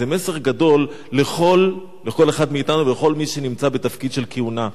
זה מסר גדול לכל אחד מאתנו ולכל מי שנמצא בתפקיד של כהונה.